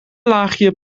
laagje